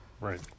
Right